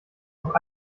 noch